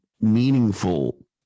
meaningful